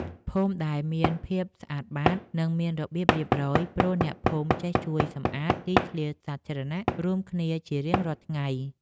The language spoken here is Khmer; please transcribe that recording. ភូមិដែលមានភាពស្អាតបាត និងមានរបៀបរៀបរយ ព្រោះអ្នកភូមិចេះជួយសម្អាតទីធ្លាសាធារណៈរួមគ្នាជារៀងរាល់ថ្ងៃ។